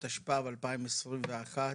התשפ"ב-2021.